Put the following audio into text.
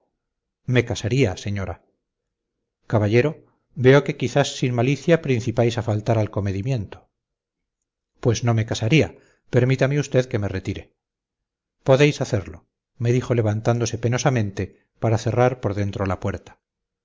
me casaría señora caballero veo que quizás sin malicia principiáis a faltar al comedimiento pues no me casaría permítame usted que me retire podéis hacerlo me dijo levantándose penosamente para cerrar por dentro la puerta